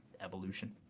evolution